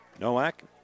Nowak